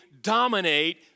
dominate